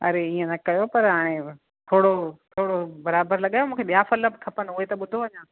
अरे ईअं न कयो पर हाणे थोरो थोरो बराबरि लॻायो मूंखे ॿिया फ़ल ब खपनि उहे त ॿुधो अञा